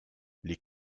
les